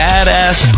Badass